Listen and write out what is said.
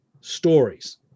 stories